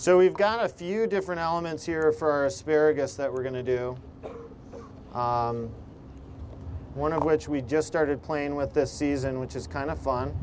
so we've got a few different elements here for asparagus that we're going to do one of which we just started playing with this season which is kind of fun